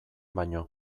baino